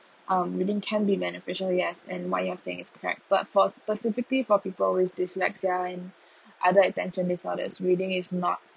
um reading can be beneficial yes and what you are saying is correct but for specifically for people with dyslexia and other attention disorders reading is not